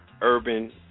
Urban